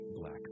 black